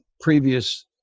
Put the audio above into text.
previous